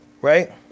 Right